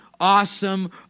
awesome